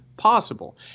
Possible